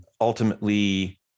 ultimately